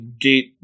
gate